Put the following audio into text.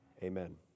Amen